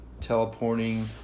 teleporting